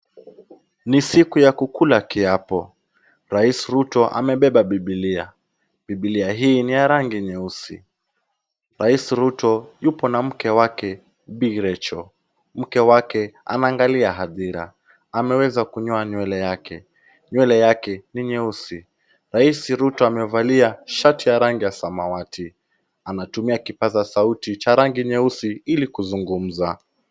Ni siku ya kula kiapo, rais Ruto amebeba Biblia. Biblia hii ni ya rangi nyeusi. Rais Ruto yuko na mke wake Bi Rachael. Mke wake anaangalia hadhira, ameweza kunyoa nywele yake. Nywele yake ni nyeusi. Rais Ruto amevalia shati ya rangi ya samawati. Anatumia kipaza sauti cha rangi nyeusi ili kuzungumza.